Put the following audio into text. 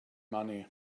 money